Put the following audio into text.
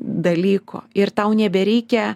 dalyko ir tau nebereikia